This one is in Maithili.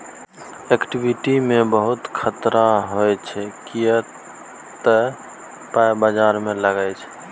इक्विटी मे बहुत खतरा होइ छै किए तए पाइ बजार मे लागै छै